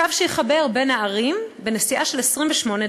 קו שיחבר בין הערים בנסיעה של 28 דקות.